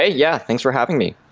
ah yeah. thanks for having me.